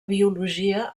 biologia